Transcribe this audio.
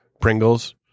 Pringles